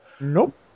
nope